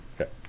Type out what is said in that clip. Okay